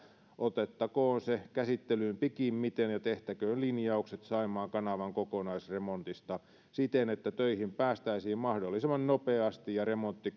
otettakoon se käsittelyyn pikimmiten ja tehtäköön linjaukset saimaan kanavan kokonaisremontista siten että töihin päästäisiin mahdollisimman nopeasti ja remontti